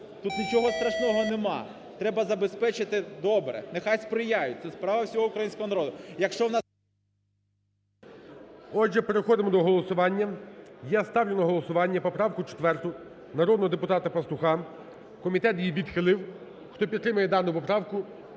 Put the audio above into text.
Тут нічого страшного немає. Треба забезпечити, добре, нехай сприяють – це справа всього українського народу. Якщо… ГОЛОВУЮЧИЙ. Отже, переходимо до голосування. І я ставлю на голосування поправку 4 народного депутата Пастуха. Комітет її відхилив. Хто підтримує дану поправку,